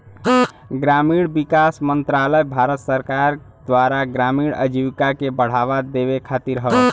ग्रामीण विकास मंत्रालय भारत सरकार के द्वारा ग्रामीण आजीविका के बढ़ावा देवे खातिर हौ